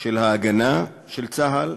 של ההגנה של צה"ל,